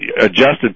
adjusted